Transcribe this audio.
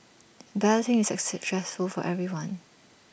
balloting is A stressful for everyone